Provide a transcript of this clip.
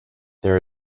there